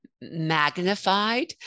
magnified